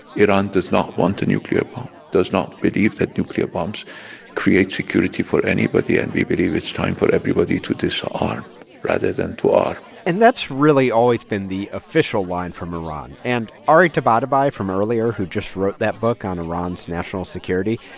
does not want a nuclear bomb, does not believe that nuclear bombs create security for anybody, and we believe it's time for everybody to disarm rather than to arm and that's really always been the official line from iran. and ari tabatabai, from earlier, who just wrote that book on iran's national security,